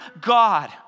God